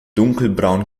dunkelbraun